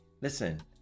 Listen